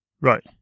Right